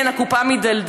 כן, הקופה מידלדלת.